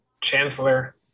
chancellor